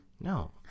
No